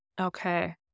Okay